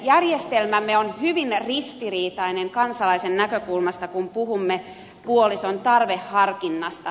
järjestelmämme on hyvin ristiriitainen kansalaisen näkökulmasta kun puhumme puolison tarveharkinnasta